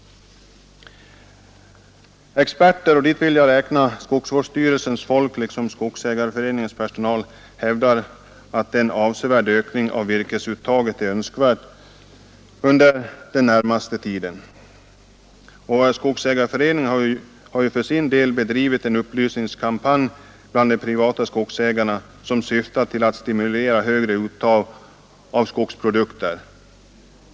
Experter, och dit vill jag räkna skogsvårdsstyrelsens folk liksom skogsägareföreningens personal, hävdar att en avsevärd ökning av virkesuttaget är önskvärd under den närmaste tiden. Skogsägareföreningen har för sin del bedrivit en upplysningskampanj bland de privata skogsägarna som syftat till att stimulera högre uttag av skogsprodukter.